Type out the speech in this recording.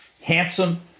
Handsome